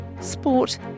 sport